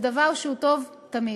זה דבר שהוא טוב תמיד.